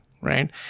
right